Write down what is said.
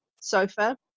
Sofa